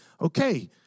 Okay